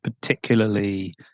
particularly